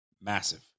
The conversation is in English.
Massive